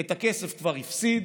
את הכסף כבר הפסיד.